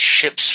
ships